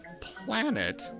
PLANET